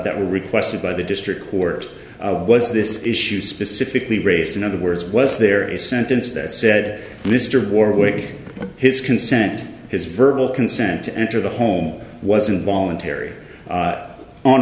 that were requested by the district court was this issue specifically raised in other words was there a sentence that said mr warwick his consent his verbal consent to enter the home wasn't voluntary